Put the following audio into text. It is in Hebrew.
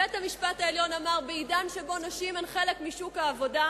בית-המשפט העליון אמר: בעידן שבו נשים הן חלק משוק העבודה,